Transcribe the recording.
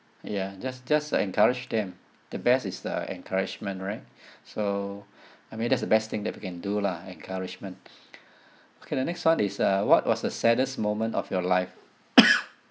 ya just just uh encourage them the best is the encouragement right so I mean that's the best thing that we can do lah encouragement okay the next one is uh what was the saddest moment of your life